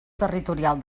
territorial